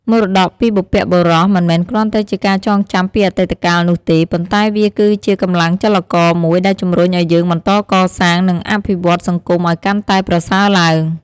មរតកពីបុព្វបុរសមិនមែនគ្រាន់តែជាការចងចាំពីអតីតកាលនោះទេ ប៉ុន្តែវាគឺជាកម្លាំងចលករមួយដែលជំរុញឲ្យយើងបន្តកសាង និងអភិវឌ្ឍន៍សង្គមឲ្យកាន់តែប្រសើរឡើង។